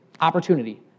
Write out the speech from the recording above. opportunity